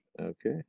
Okay